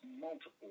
multiple